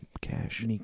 cash